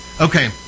Okay